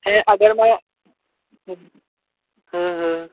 ऐं अगरि मां